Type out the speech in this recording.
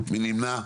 מי נמנע?